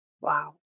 Wow